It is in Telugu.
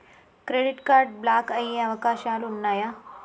క్రెడిట్ కార్డ్ బ్లాక్ అయ్యే అవకాశాలు ఉన్నయా?